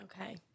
Okay